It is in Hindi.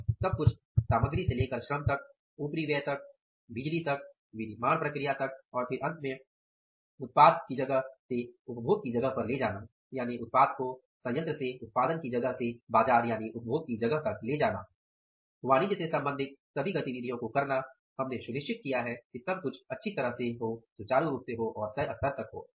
और सब कुछ सामग्री से लेकर श्रम तक उपरिव्यय तक बिजली तक विनिर्माण प्रकिया तक और फिर अंत में उत्पाद को उत्पादन की जगह से उपभोग की जगह पर ले जाना वाणिज्य से संबंधित सभी गतिविधियों को करना हमने सुनिश्चित किया है कि सब कुछ अच्छी तरह से सुचारू रूप से हो और तय स्तर तक